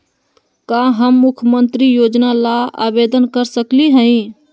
का हम मुख्यमंत्री योजना ला आवेदन कर सकली हई?